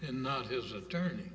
and not his attorney